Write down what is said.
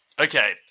Okay